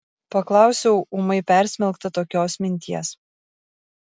paklausiau ūmai persmelkta tokios minties